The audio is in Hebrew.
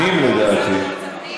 פנים, לדעתי.